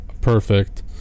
perfect